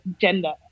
gender